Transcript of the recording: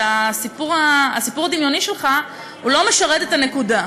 שהסיפור הדמיוני שלך לא משרת את הנקודה.